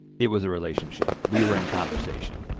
it was a relationship, we were in conversation.